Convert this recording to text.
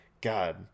God